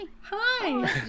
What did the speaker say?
hi